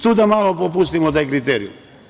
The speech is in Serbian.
Tu da malo popustimo taj kriterijum.